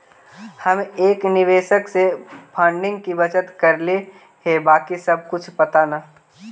हम एक निवेशक से फंडिंग की बात करली हे बाकी अभी कुछ पता न